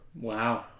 Wow